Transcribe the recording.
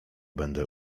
będę